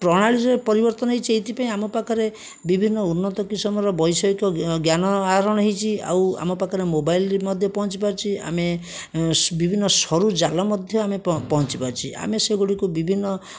ପ୍ରଣାଳୀରେ ପରିବର୍ତ୍ତନ ହୋଇଛି ଏଇଥିପାଇଁ ଆମ ପାଖରେ ବିଭିନ୍ନ ଉନ୍ନତ ବୈଷୟିକ ଜ୍ଞାନ ଆହରଣ ହୋଇଛି ଆଉ ଆମ ପାଖରେ ମୋବାଇଲ୍ ମଧ୍ୟ ପହଞ୍ଚିପାରିଛି ଆମେ ଏଁ ବିଭିନ୍ନ ସରୁ ଜାଲ ମଧ୍ୟ ଆମେ ପହଞ୍ଚିପାରିଛି ଆମେ ସେଗୁଡ଼ିକୁ ବିଭିନ୍ନ